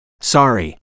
Sorry